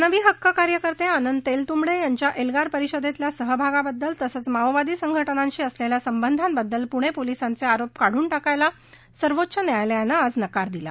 मानवी हक्क कार्यकर्ते आनंद तेलतुंबडे यांच्या एल्गार परिषदेतल्या सहभागबद्दल तसंच माओवादी संघटनांशी असलेल्या संबधाबद्दल पुणे पोलिसांचे आरोप काढून टाकायला सर्वोच्च न्यायालयानं आज नकार दिला